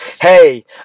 Hey